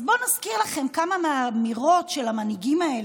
אז בואו נזכיר לכם כמה מאמירות של המנהיגים האלה,